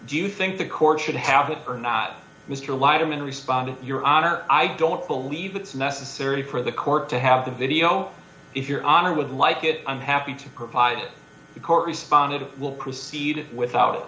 do you think the court should have it or not mr leiderman responded your honor i don't believe it's necessary for the court to have the video if your honor would like it unhappy to provide the court responded will proceed without